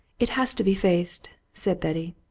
it has to be faced, said betty.